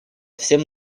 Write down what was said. всем